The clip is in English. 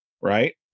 right